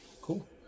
Cool